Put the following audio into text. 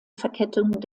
verkettung